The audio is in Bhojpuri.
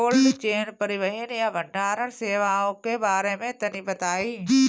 कोल्ड चेन परिवहन या भंडारण सेवाओं के बारे में तनी बताई?